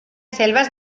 selvas